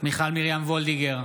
מיכל מרים וולדיגר,